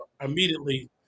immediately